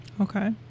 Okay